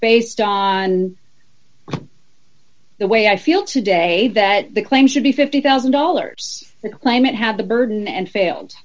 based on the way i feel today that the claim should be fifty thousand dollars the claimant have the burden and failed